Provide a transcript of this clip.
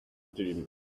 dream